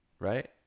right